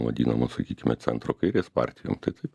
vadinama sakykime centro kairės partijom tad